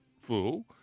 fool